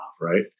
Right